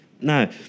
Now